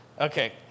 Okay